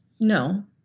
No